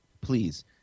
please